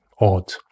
odd